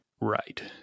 Right